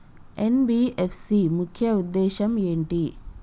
NBFC ముఖ్య ఉద్దేశం ఏంటి?